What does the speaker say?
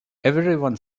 everyone